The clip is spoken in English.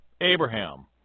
Abraham